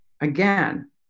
Again